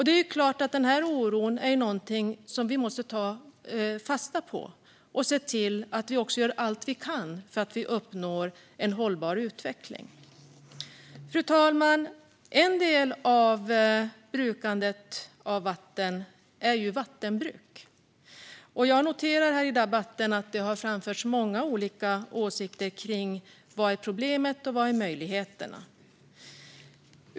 Det är klart att vi måste ta fasta på den här oron och göra allt vi kan för att uppnå en hållbar utveckling. Fru talman! En del av brukandet av vatten är ju vattenbruk. Jag har noterat här i debatten att det har framförts många olika åsikter om vad som är problemet och vad som är möjligheterna.